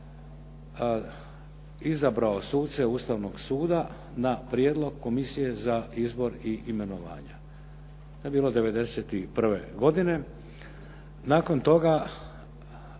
izabrao suce Ustavnog suda na prijedlog Komisije za izbor i imenovanja. To je bilo '91. godine. nakon toga